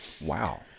Wow